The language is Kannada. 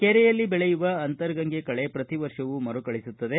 ಕೆರೆಯಲ್ಲಿ ಬೆಳೆಯುವ ಅಂತರಗಂಗೆ ಕಳೆ ಪ್ರತಿ ವರ್ಷವೂ ಮರುಕಳಿಸುತ್ತದೆ